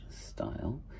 style